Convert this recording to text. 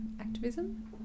activism